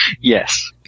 yes